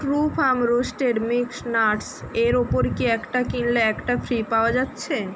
Trufarm roasted mixed nuts এর ওপর কি একটা কিনলে একটা ফ্রি পাওয়া যাচ্ছে